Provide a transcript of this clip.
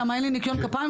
למה אין לי ניקיון כפיים?